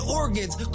organs